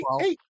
hey